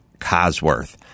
Cosworth